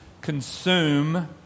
consume